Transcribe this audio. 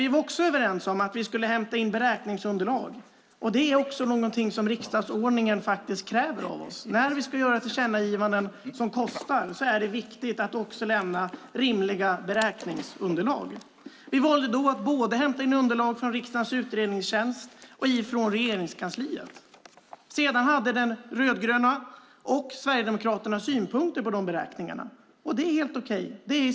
Vi var dock överens om att hämta in beräkningsunderlag, och det är något som riksdagsordningen kräver av oss. När vi ska göra tillkännagivanden som kostar är det viktigt att lämna rimliga beräkningsunderlag. Vi valde att hämta in underlag från både riksdagens utredningstjänst och Regeringskansliet. De rödgröna och Sverigedemokraterna hade synpunkter på beräkningarna, vilket var helt okej.